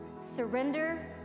Surrender